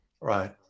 Right